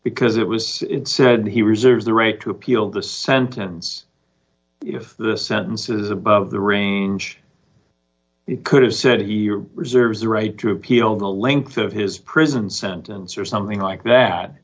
because it was said he reserves the right to appeal the sentence if the sentences above the ring could have said he reserves the right to appeal the length of his prison sentence or something like that